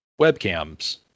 webcams